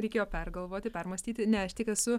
reikėjo pergalvoti permąstyti ne aš tik esu